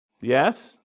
Yes